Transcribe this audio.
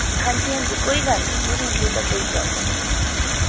ਹਾਂਜੀ ਹਾਂਜੀ ਕੋਈ ਗੱਲ ਨਹੀਂ ਸਰ ਹੁੰਦੀ ਤਾਂ ਕੋਈ ਪ੍ਰੋਬਲਮ ਨਹੀਂ ਹੈਗੀ ਗੀ